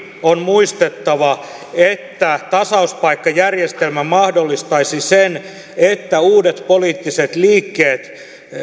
on muistettava että tasauspaikkajärjestelmä mahdollistaisi sen että uudet poliittiset liikkeet